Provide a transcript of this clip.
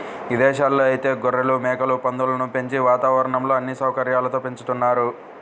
ఇదేశాల్లో ఐతే గొర్రెలు, మేకలు, పందులను మంచి వాతావరణంలో అన్ని సౌకర్యాలతో పెంచుతున్నారు